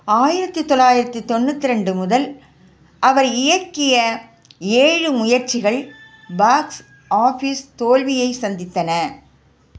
ஆயிரத்து தொள்ளாயிரத்து தொண்ணூற்றி ரெண்டு முதல் அவர் இயக்கிய ஏழு முயற்சிகள் பாக்ஸ் ஆஃபீஸ் தோல்வியைச் சந்தித்தன